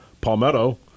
Palmetto